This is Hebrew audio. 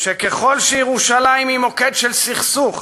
שככל שירושלים היא מוקד של סכסוך,